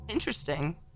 Interesting